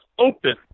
Open